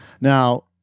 Now